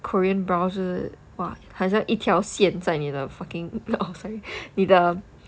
korean brow 就是 !wah! 很像一条线在你的 fucking orh sorry 你的